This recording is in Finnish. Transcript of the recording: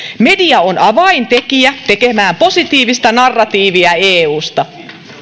media on avaintekijä tekemään positiivista narratiivia eusta